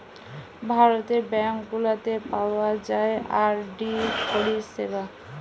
ভারতের ব্যাঙ্ক গুলাতে পাওয়া যায় আর.ডি পরিষেবা